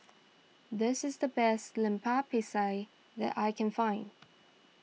this is the best Lemper Pisang that I can find